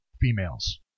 females